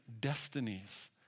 destinies